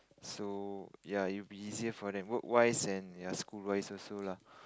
so ya it'll be easier for them work wise and ya school wise also lah